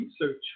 research